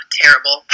terrible